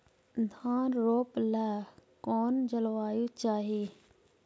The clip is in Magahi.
धान रोप ला कौन जलवायु चाही?